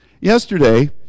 yesterday